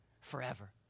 forever